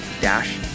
dash